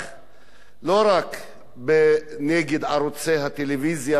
לא רק נגד ערוצי הטלוויזיה והתקשורת והעיתונות.